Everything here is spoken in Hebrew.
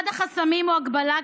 אחד החסמים הוא ההגבלה,